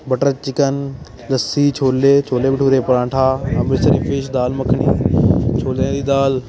butter chicken lassi chole chole bhature paratha Amritsari fish dal makhani ਛੋਲਿਆਂ ਦੀ ਦਾਲ